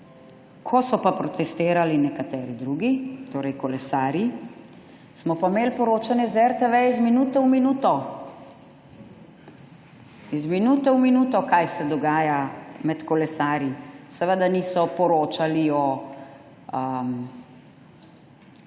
Ko so pa protestirali nekateri drugi, torej kolesarji, smo pa imeli poročanje z RTV iz minute v minuto, iz minute v minuto, kaj se dogaja med kolesarji. Seveda niso poročali in